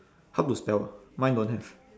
how to spell mine don't have